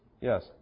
Yes